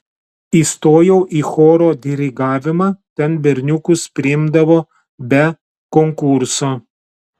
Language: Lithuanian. įstojau į choro dirigavimą ten berniukus priimdavo be konkurso